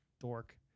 dork